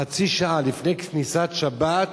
חצי שעה לפני כניסת שבת